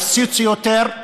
הוא אף רצה שיפציצו יותר,